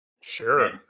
Sure